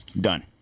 Done